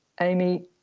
Amy